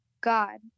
God